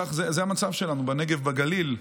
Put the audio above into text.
זה המצב שלנו בנגב ובגליל.